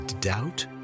doubt